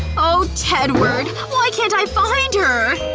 oh tedward. why can't i find her?